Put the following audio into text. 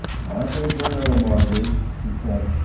mortgage or no mortgage, he said,